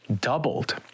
doubled